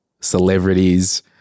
celebrities